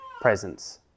presence